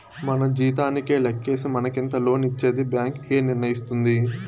మన జీతానికే లెక్కేసి మనకెంత లోన్ ఇచ్చేది బ్యాంక్ ఏ నిర్ణయిస్తుంది